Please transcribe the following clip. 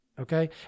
Okay